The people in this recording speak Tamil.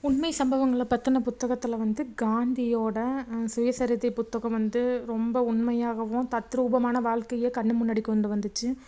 உண்மை சம்பவங்களை பற்றின புத்தகத்தில் வந்து காந்தியோடய சுயசரிதை புத்தகம் வந்து ரொம்ப உண்மையாகவும் தத்ரூபமான வாழ்க்கையை கண்ணு முன்னாடி கொண்டு வந்துச்சு